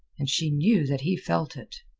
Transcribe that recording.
and she knew that he felt it.